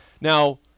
Now